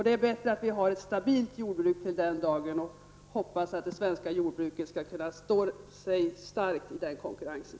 Det är bättre att vi har ett stabilt jordbruk den dagen. Jag hoppas att det svenska jordbruket skall kunna stå starkt i den konkurrensen.